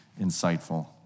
insightful